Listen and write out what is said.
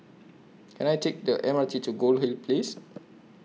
Can I Take The M R T to Goldhill Place